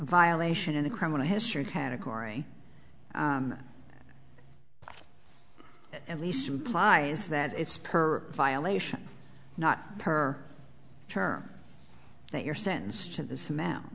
violation in the criminal history category at least implies that it's per violation not per term that you're sentenced to this